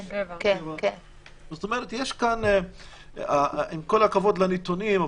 עם כל הכבוד לנתונים,